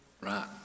right